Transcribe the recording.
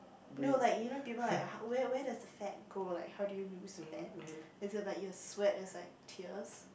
no like you know people like how where where does the fat go like how do you lose fat is it like your sweat is like tears